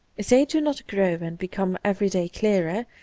if they do not grow and become every day clearer,